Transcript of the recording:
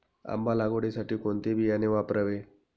आंबा लागवडीसाठी कोणते बियाणे वापरावे?